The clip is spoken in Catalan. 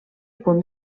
punt